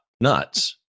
nuts